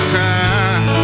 time